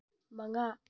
ꯃꯉꯥ